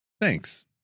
thanks